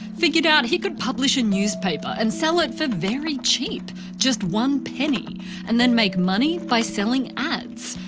figured out he could publish a newspaper and sell it for very cheap just one penny and then make money by selling ads.